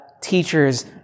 teachers